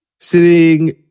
sitting